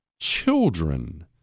children